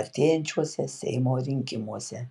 artėjančiuose seimo rinkimuose